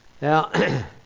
Now